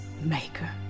Maker